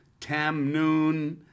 Tamnoon